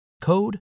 code